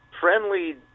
friendly